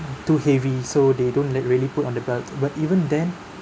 too heavy so they don't like really put on the belt but even then